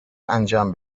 انجام